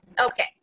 Okay